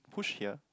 push here